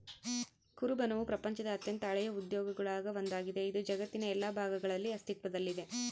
ಕುರುಬನವು ಪ್ರಪಂಚದ ಅತ್ಯಂತ ಹಳೆಯ ಉದ್ಯೋಗಗುಳಾಗ ಒಂದಾಗಿದೆ, ಇದು ಜಗತ್ತಿನ ಎಲ್ಲಾ ಭಾಗಗಳಲ್ಲಿ ಅಸ್ತಿತ್ವದಲ್ಲಿದೆ